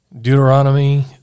Deuteronomy